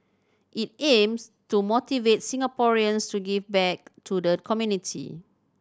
it aims to motivate Singaporeans to give back to the community